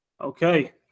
okay